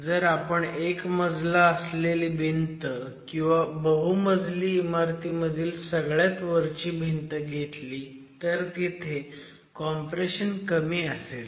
जर आपण एक मजला असलेली भिंत किंवा बहुमजली इमारतीमधील सगळ्यात वरची भिंत घेतली तर तिथे कॉम्प्रेशन कमी असेल